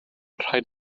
rhaid